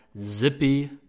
Zippy